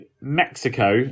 Mexico